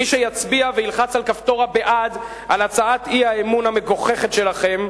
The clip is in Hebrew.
מי שילחץ על כפתור ה"בעד" בהצבעה על הצעת האי-אמון המגוחכת שלכם,